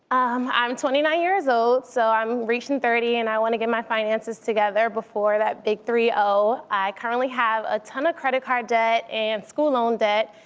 um i'm twenty nine years old so i'm reaching thirty and i want to get my finances together before that big three zero. i currently have a ton of credit card debt and school loan debt.